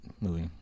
movie